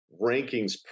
rankings